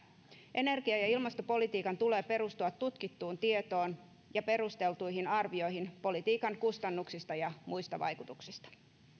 energia ja ilmastopolitiikan tulee perustua tutkittuun tietoon ja perusteltuihin arvioihin politiikan kustannuksista ja muista vaikutuksista